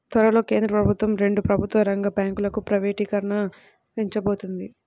త్వరలో కేంద్ర ప్రభుత్వం రెండు ప్రభుత్వ రంగ బ్యాంకులను ప్రైవేటీకరించబోతోంది